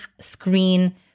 screen